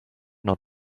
not